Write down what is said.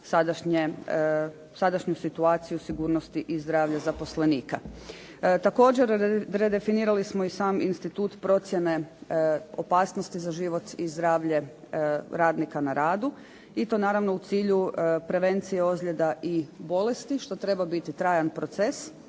sadašnju situaciju sigurnosti i zdravlja zaposlenika. Također redefinirali smo i sam institut procjene opasnosti za život i zdravlje radnika na radu i to naravno u cilju prevencije ozljeda i bolesti što treba biti trajan proces